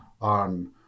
on